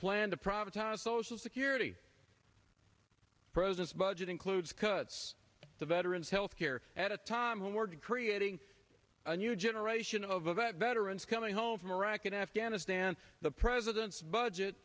plan to privatize social security presence budget includes cuts the veterans health care at a time when word creating a new generation of event veterans coming home from iraq and afghanistan the president's budget